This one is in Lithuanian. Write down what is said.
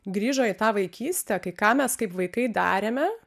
grįžo į tą vaikystę kai ką mes kaip vaikai darėme